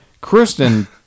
Kristen